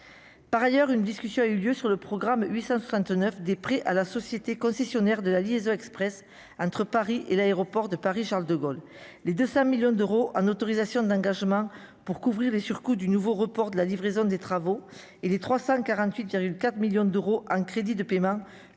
par ailleurs, une discussion a eu lieu sur le programme 869 des prix à la société concessionnaire de la liaison Express entre Paris et l'aéroport de Paris Charles-de-Gaulle, les 200 millions d'euros en autorisations d'engagement pour couvrir les surcoûts du nouveau report de la livraison des travaux et les 348 4 millions d'euros en crédits de paiement